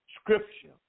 Scripture